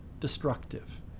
destructive